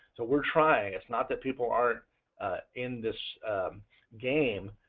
so we're trying is not that people aren't in this game,